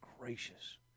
gracious